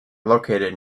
located